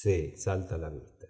sí salta á la vista